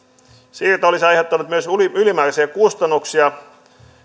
siirto olisi aiheuttanut myös ylimääräisiä kustannuksia